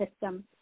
system